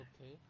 Okay